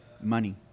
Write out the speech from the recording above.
Money